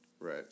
Right